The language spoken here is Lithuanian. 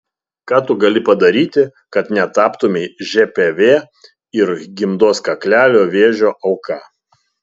ką tu gali padaryti kad netaptumei žpv ir gimdos kaklelio vėžio auka